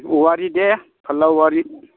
औवारि दे फारला औवारि